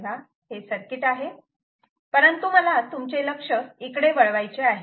तेव्हा हे सर्किट आहे परंतु मला तुमचे लक्ष इकडे वळवायचे आहे